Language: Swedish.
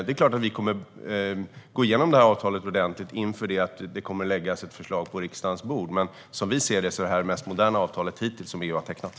Det är klart att vi kommer att gå igenom avtalet ordentligt inför att ett förslag ska läggas på riksdagens bord. Men som vi ser det är detta det mest moderna avtalet hittills som vi har tecknat.